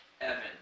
Evan